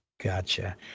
Gotcha